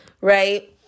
right